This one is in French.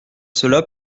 cela